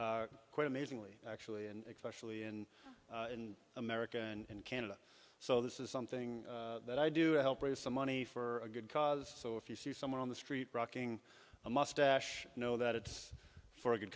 quite amazingly actually and specially in america and canada so this is something that i do help raise some money for a good cause so if you see someone on the street rocking a mustache know that it's for a good